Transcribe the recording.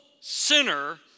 sinner